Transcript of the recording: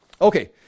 Okay